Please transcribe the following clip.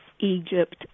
Egypt